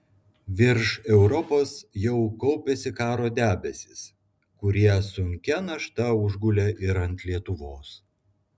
virš europos jau kaupėsi karo debesys kurie sunkia našta užgulė ir ant lietuvos